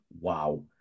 wow